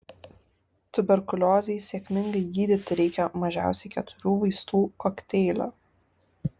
tuberkuliozei sėkmingai gydyti reikia mažiausiai keturių vaistų kokteilio